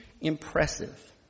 impressive